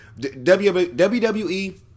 WWE